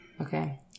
Okay